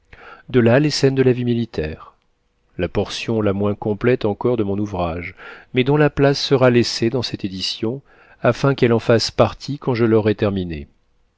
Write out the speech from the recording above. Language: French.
de là les scènes de la vie militaire la portion la moins complète encore de mon ouvrage mais dont la place sera laissée dans cette édition afin qu'elle en fasse partie quand je l'aurai terminée